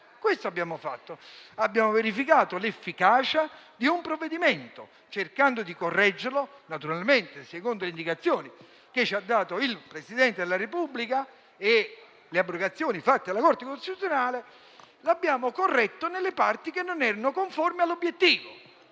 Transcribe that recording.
Questo abbiamo fatto: abbiamo verificato l'efficacia di un provvedimento, cercando di correggerlo, naturalmente secondo le indicazioni che ci ha dato il Presidente della Repubblica e le abrogazioni della Corte costituzionale. Dunque l'abbiamo corretto nelle parti che non erano conformi all'obiettivo.